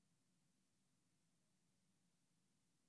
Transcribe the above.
ברמת